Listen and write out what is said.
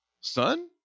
son